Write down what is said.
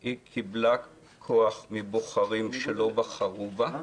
היא קיבלה כוח מבוחרים שלא בחרו בה,